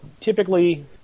typically